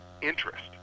interest